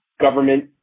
government